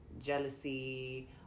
Jealousy